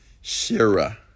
Shira